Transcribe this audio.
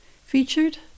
featured